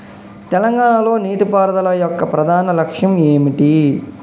తెలంగాణ లో నీటిపారుదల యొక్క ప్రధాన లక్ష్యం ఏమిటి?